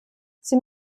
sie